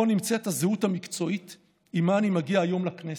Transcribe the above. פה נמצאת הזהות המקצועית שעימה אני מגיע היום לכנסת.